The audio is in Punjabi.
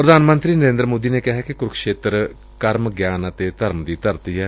ਪ੍ਰਧਾਨ ਮੰਤਰੀ ਨਰੇਂਦਰ ਮੋਦੀ ਨੇ ਕਿਹੈ ਕਿ ਕੁਰਕੂਸ਼ੇਤਰ ਕਰਮ ਗਿਆਨ ਅਤੇ ਧਰਮ ਦੀ ਧਰਤੀ ਏ